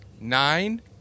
Nine